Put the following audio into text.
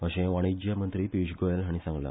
अशें वाणिज्य मंत्री पियूष गोयल हाणी सांगला